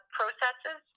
processes